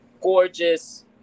gorgeous